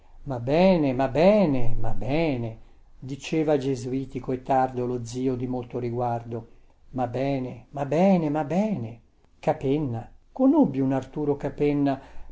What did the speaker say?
ma bene ma bene ma bene diceva gesuitico e tardo lo zio di molto riguardo ma bene ma bene ma bene capenna conobbi un arturo capenna